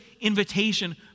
invitation